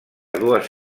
dues